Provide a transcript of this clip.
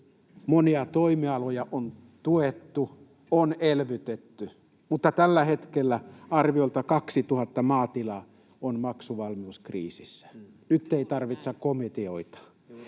monia toimialoja on tuettu, on elvytetty, mutta tällä hetkellä arviolta 2 000 maatilaa on maksuvalmiuskriisissä. Nyt ei tarvita komiteoita.